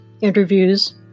interviews